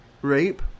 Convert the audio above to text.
Rape